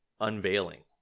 unveiling